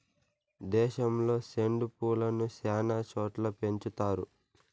దేశంలో సెండు పూలను శ్యానా చోట్ల పెంచుతారు